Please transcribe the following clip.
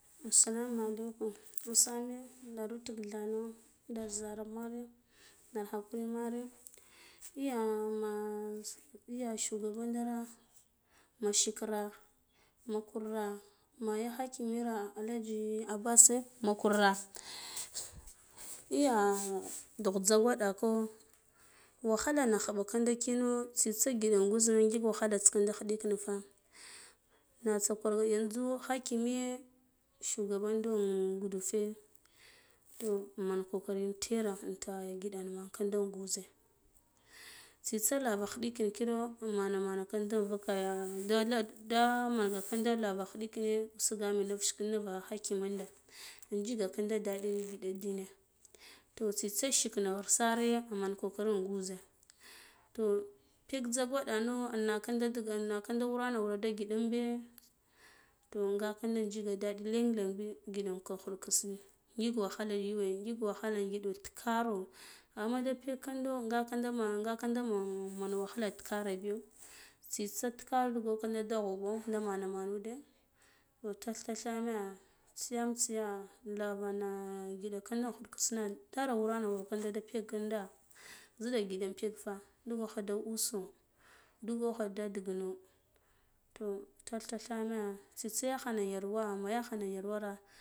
Assalamu alaikum usame ndaru tik thena dat zara mare dar hakuri mere eh ya ya shugaban dara ma shikara me kura ma ya hakiraira alhaji abbase ma kurah eh ya dugh jzagwaɗa ko wakhana khun kinda kino tsitsa ngiɗe un gwuzma ngik wakhalats kinde khiɗikenn fa natsa kwar yanzu hakimiye shugaban ndu gudufe toh man kokari tera inta giɗena men kinda in gwuze tsitsa lavan khidkino mana mana kinde vuka ya da manga ka lara khiɗi kine usugame nut shik nuv hakiminda njigaka daɗi ngiɗa da yane toh tsitsa shikna ghir sere men kokari in gwuza to peg jza gwano annakinde digan anakinde wurana wura nda ngiɗa imbe toh nga kanne ji daɗi lenlen biy ngiɗa nku khur-kisk bi ngik wakhala yuwe ngik wakhala ngiɗo ti kar amma de pegkindo gika da men gakinda man wahala tikara biyo tsitso tikara dajo kinda da wuɓo mana man wude to tath tatheme tsiyan tsiya lavana ngiɗa kinko kis na dara wura wur kinde da pega ziɗa ngiɗe peg fa digokho da uso dugokho de tughuno to tath tathame tsitsa yakhana yarwa ma yakhana yarwara.